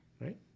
right